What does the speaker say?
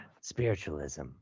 spiritualism